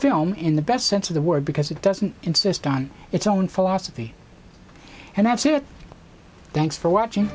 film in the best sense of the word because it doesn't insist on its own philosophy and that's thanks for watching